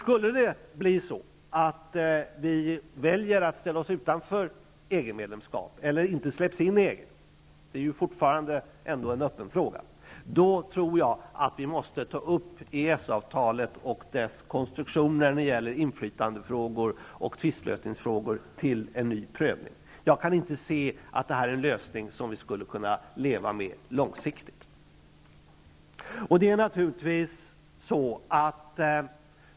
Skulle vi välja att ställa oss utanför EG-medlemskap, eller inte släppas in i EG -- det är fortfarande en öppen fråga -- tror jag att vi måste ta upp EES-avtalet och dess konstruktion när det gäller inflytandefrågor och tvistlösningsfrågor till en ny prövning. Jag kan inte se att detta är en lösning som vi skulle kunna leva med långsiktigt.